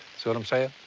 see what i'm saying?